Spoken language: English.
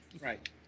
Right